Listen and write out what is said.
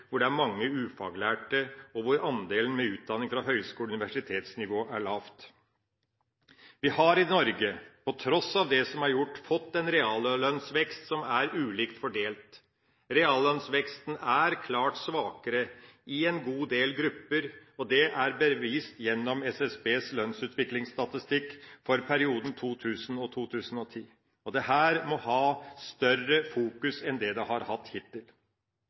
hvor det er mange ufaglærte, og hvor andelen med utdanning på høgskole- og universitetsnivå er lav. I Norge har vi – på tross av det som er gjort – fått en reallønnsvekst som er ulikt fordelt. Reallønnsveksten er klart svakere i en god del grupper, og det er bevist gjennom SSBs lønnsutviklingsstatistikk for perioden 2000–2010. Dette må ha større fokus enn det har hatt hittil.